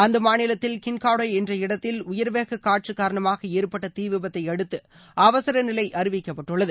அந்த மாநிலத்தில் கின்காடே என்ற இடத்தில் உயர் வேக காற்று காரணமாக ஏற்பட்ட தீ விபத்தை அடுத்து அவசர நிலை அறிவிக்கப்பட்டுள்ளது